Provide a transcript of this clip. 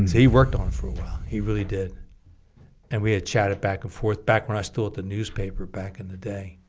he worked on for a while he really did and we had chatted back and forth back when i stole the newspaper back in the day